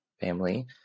family